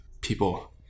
people